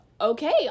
okay